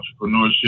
entrepreneurship